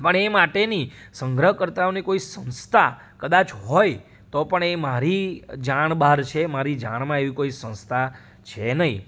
પણ એ માટેની સંગ્રહકર્તાઓની કોઈ સંસ્થા કદાચ હોય તો પણ એ મારી જાણ બહાર છે મારી જાણમાં એવી કોઈ સંસ્થા છે નહીં